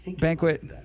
banquet